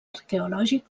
arqueològic